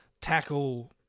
tackle